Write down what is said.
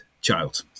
child